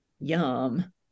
Yum